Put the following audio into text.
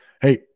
Hey